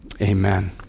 amen